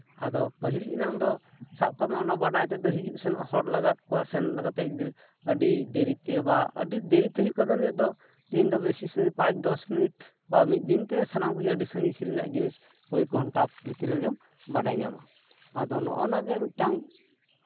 ᱟᱫᱚ ᱯᱟᱹᱦᱤᱞ ᱮᱱᱟᱝ ᱫᱚ ᱥᱟᱵ ᱠᱟᱜ ᱢᱮ ᱚᱱᱟ ᱵᱟᱰᱟᱭ ᱛᱮᱫᱚ ᱦᱤᱡᱩᱜ ᱥᱮᱱᱚᱜ ᱦᱚᱲ ᱞᱟᱜᱟᱫ ᱠᱚᱣᱟ ᱥᱮᱱ ᱠᱟᱛᱮᱫ ᱟᱹᱰᱤ ᱫᱮᱨᱤᱛᱮ ᱵᱟ ᱟᱹᱰᱤ ᱫᱮᱨᱤᱛᱮ ᱦᱩᱭᱩᱜ ᱠᱟᱱ ᱛᱟᱦᱮᱱ ᱱᱤᱭᱟᱹᱫᱚ ᱛᱮᱦᱤᱧ ᱫᱚ ᱵᱮᱥᱤ ᱥᱮ ᱯᱟᱸᱪ ᱫᱚᱥ ᱢᱤᱱᱤᱴ ᱵᱟ ᱢᱤᱫ ᱫᱤᱱᱛᱮ ᱥᱟᱱᱟᱢ ᱠᱚᱜᱮ ᱟᱹᱰᱤ ᱥᱟᱺᱜᱤᱧ ᱨᱮᱱᱟᱜ ᱡᱤᱱᱤᱥ ᱠᱚᱭᱮᱠ ᱜᱷᱚᱱᱴᱟ ᱵᱷᱤᱛᱨᱤ ᱨᱮ ᱵᱟᱰᱟᱭ ᱧᱟᱢᱟ ᱟᱫᱚ ᱱᱚᱜᱼᱚ ᱱᱟ ᱜᱮ ᱢᱤᱫᱴᱟᱱ